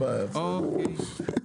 ברור תכנס את זה לפי הנושאים.